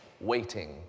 waiting